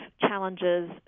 challenges